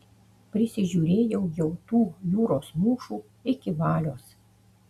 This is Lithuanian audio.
prisižiūrėjau jau tų jūros mūšų iki valios